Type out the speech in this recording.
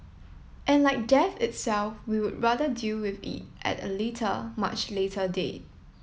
and like death itself we would rather deal with it at a later much later date